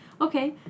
Okay